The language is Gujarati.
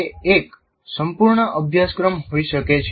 તે એક સંપૂર્ણ અભ્યાસક્રમ હોઈ શકે છે